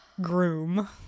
groom